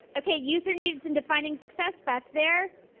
okay. user needs and defining success back there.